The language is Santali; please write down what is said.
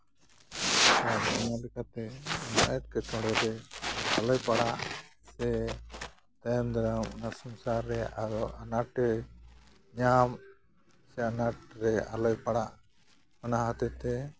ᱟᱨ ᱚᱱᱟᱞᱮᱠᱟᱛᱮ ᱚᱱᱟ ᱮᱴᱠᱮᱴᱚᱬᱮ ᱨᱮ ᱟᱞᱚᱭ ᱯᱟᱲᱟᱜ ᱥᱮ ᱛᱟᱭᱚᱢ ᱫᱟᱨᱟᱢ ᱚᱱᱟ ᱥᱚᱝᱥᱟᱨ ᱨᱮ ᱟᱞᱚ ᱟᱱᱟᱴᱮ ᱧᱟᱢ ᱥᱮ ᱟᱱᱟᱴ ᱨᱮ ᱟᱞᱚᱭ ᱯᱟᱲᱟᱜ ᱚᱱᱟ ᱦᱚᱛᱮᱡᱛᱮ